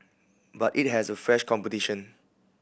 but it has a fresh competition